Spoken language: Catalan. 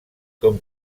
com